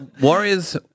Warriors